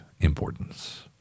importance